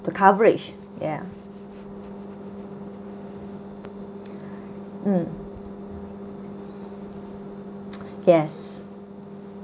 the coverage ya mm yes